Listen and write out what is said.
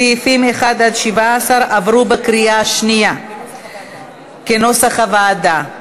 סעיפים 1 17 עברו בקריאה שנייה כנוסח הוועדה.